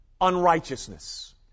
unrighteousness